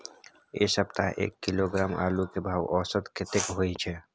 ऐ सप्ताह एक किलोग्राम आलू के भाव औसत कतेक होय छै?